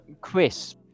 Chris